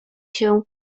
się